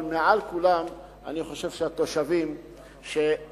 אבל מעל כולם אני חושב שהתושבים שהאיצו